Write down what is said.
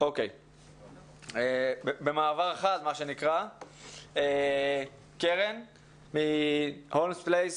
במעבר חד, קרן מ"הולמס פלייס".